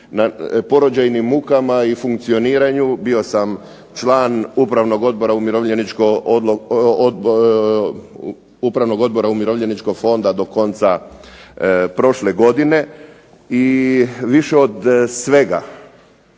porođajnim mukama i funkcioniranju. Bio sam član Upravnog odbora umirovljeničko fonda do konca prošle godine i više od svega,